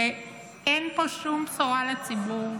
אין פה שום בשורה לציבור.